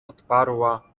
odparła